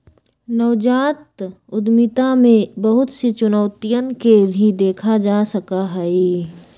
नवजात उद्यमिता में बहुत सी चुनौतियन के भी देखा जा सका हई